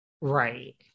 Right